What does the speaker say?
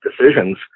decisions